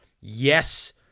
Yes